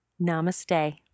Namaste